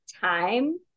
time